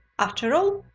after all,